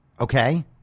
Okay